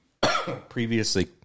previously